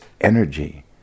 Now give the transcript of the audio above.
energy